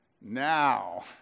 Now